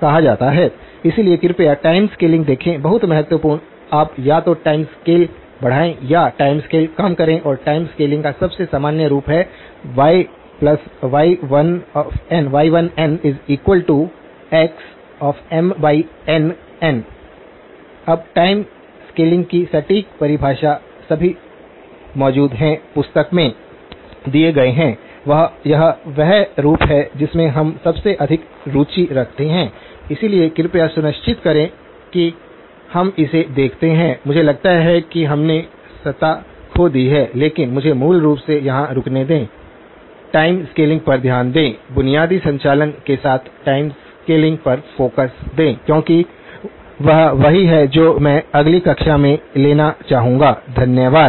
कहा जाता है इसलिए कृपया टाइम स्केलिंग देखें बहुत महत्वपूर्ण आप या तो टाइम स्केल बढ़ाएं या टाइम स्केल कम करें और टाइम स्केलिंग का सबसे सामान्य रूप है y1nxMNn अब टाइम स्केलिंग की सटीक परिभाषा सभी मौजूद हैं पुस्तक में दिए गए हैं यह वह रूप है जिसमें हम सबसे अधिक रुचि रखते हैं इसलिए कृपया सुनिश्चित करें कि हम इसे देखते हैं मुझे लगता है कि हमने सत्ता खो दी है लेकिन मुझे मूल रूप से यहां रुकने दें टाइम स्केलिंग पर ध्यान देंबुनियादी संचालन के साथ टाइम स्केलिंग पर फोकस दें क्योंकि वह वही है जो मैं अगली कक्षा में लेना चाहूंगा धन्यवाद